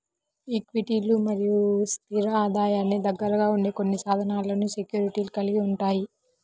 ఈక్విటీలు మరియు స్థిర ఆదాయానికి దగ్గరగా ఉండే కొన్ని సాధనాలను సెక్యూరిటీస్ కలిగి ఉంటాయి